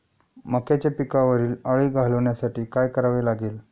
मक्याच्या पिकावरील अळी घालवण्यासाठी काय करावे लागेल?